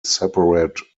separate